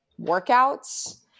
workouts